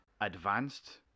advanced